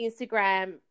Instagram